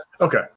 Okay